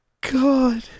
God